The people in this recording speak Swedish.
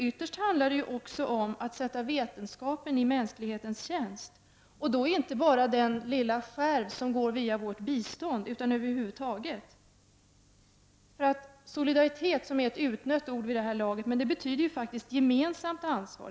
Ytterst handlar det också om att sätta vetenskapen i mänsklighetens tjänst, och då inte bara den lilla skärv som går via vårt bistånd utan över huvud taget, för solidaritet, som är ett utnött ord vid det här laget, betyder faktiskt gemensamt ansvar.